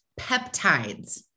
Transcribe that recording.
peptides